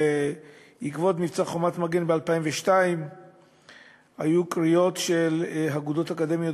ובעקבות מבצע "חומת מגן" ב-2002 היו קריאות של אגודות אקדמיות